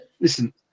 Listen